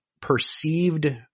perceived